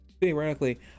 theoretically